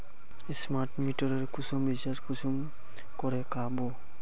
Smart मीटरेर कुंसम recharge कुंसम करे का बो?